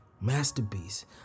masterpiece